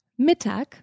Mittag